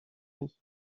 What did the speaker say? mis